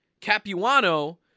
Capuano